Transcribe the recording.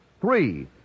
Three